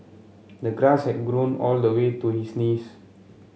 the grass had grown all the way to his knees